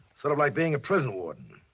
sort of like being a prison warden.